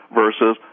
versus